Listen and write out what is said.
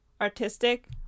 artistic